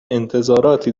انتظاراتی